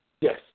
Yes